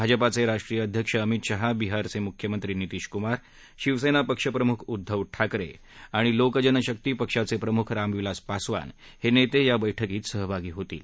भाजपाचे राष्ट्रीय अध्यक्ष अमित शहा बिहारचे मुख्यमंत्री नितीश कुमार शिवसेना पक्ष प्रमुख उद्धव ठाकरे आणि लोक जनशक्ती पक्षाचे प्रमूख रामविलास पासवान हे नेते या बैठकीत सहभागी होतील